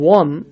one